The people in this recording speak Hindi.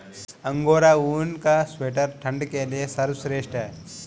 अंगोरा ऊन का स्वेटर ठंड के लिए सर्वश्रेष्ठ है